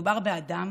מדובר באדם